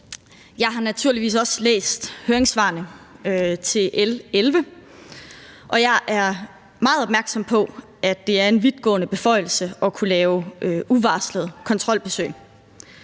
Jeg har naturligvis også læst høringssvarene til L 11, og jeg er meget opmærksom på, at det er en vidtgående beføjelse at kunne lave uvarslede kontrolbesøg.